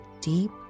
deep